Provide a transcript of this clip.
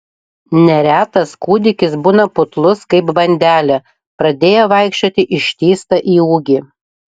neretas kūdikis būna putlus kaip bandelė pradėję vaikščioti ištįsta į ūgį